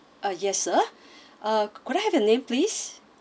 uh yes sir uh could I have your name please